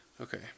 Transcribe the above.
Okay